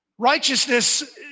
Righteousness